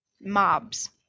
mobs